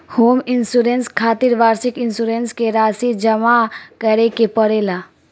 home insurance खातिर वार्षिक insurance के राशि जामा करे के पड़ेला